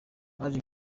baje